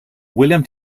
william